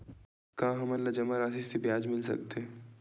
का हमन ला जमा राशि से ब्याज मिल सकथे?